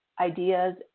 ideas